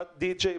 בא די.ג'י,